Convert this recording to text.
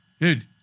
dude